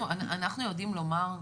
אנחנו יודעים לומר,